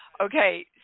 Okay